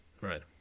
Right